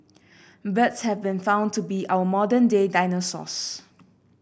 birds have been found to be our modern day dinosaurs